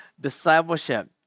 discipleship